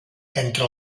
entre